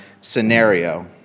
scenario